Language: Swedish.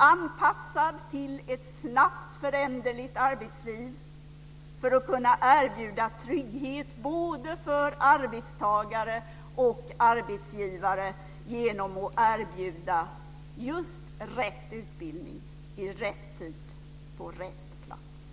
anpassad till ett snabbt föränderligt arbetsliv för att kunna erbjuda trygghet både för arbetstagare och för arbetsgivare genom att anordna just rätt utbildning i rätt tid och på rätt plats.